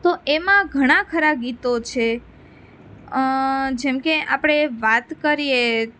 તો એમાં ઘણા ખરા ગીતો છે જેમકે આપણે વાત કરીએ